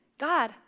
God